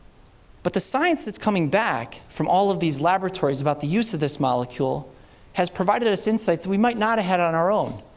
but the science that's coming back from all of these laboratories about the use of this molecule has provided us insights we might not have had on our own.